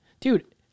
Dude